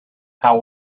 how